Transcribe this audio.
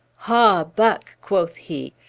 haw, buck! quoth he.